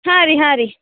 ಹಾಂ ರೀ ಹಾಂ ರೀ